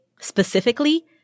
specifically